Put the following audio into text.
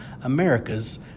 America's